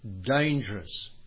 Dangerous